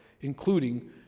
including